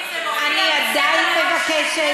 אני עדיין מבקשת,